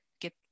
get